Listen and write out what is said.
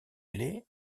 ailée